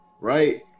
right